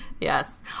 Yes